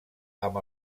amb